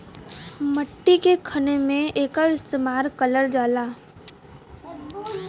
मट्टी के खने में एकर इस्तेमाल करल जाला